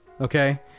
okay